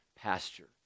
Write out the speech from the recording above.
Pasture